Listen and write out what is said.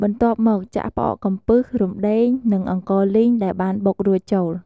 បន្ទាប់មក ចាក់ផ្អកកំពឹស រំដេង និងអង្ករលីងដែលបានបុករួចចូល។